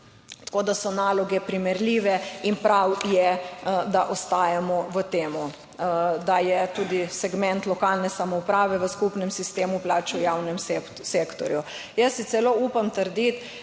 Tako da so naloge primerljive in prav je, da ostajamo v tem, da je tudi segment lokalne samouprave v skupnem sistemu plač v javnem sektorju. Jaz si celo upam trditi,